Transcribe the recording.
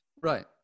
Right